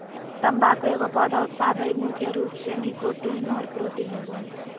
तम्बाकू एगो पौधा उत्पाद हइ मुख्य रूप से निकोटीन और प्रोटीन होबो हइ